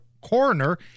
coroner